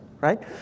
right